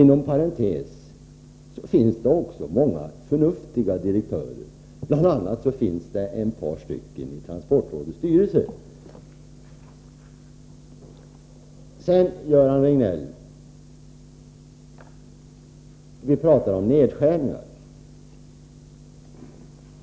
Inom parentes vill jag säga att det också finns många förnuftiga direktörer, bl.a. finns det några stycken i transportrådets styrelse. Vi pratade om nedskärningar, Göran Riegnell.